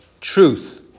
truth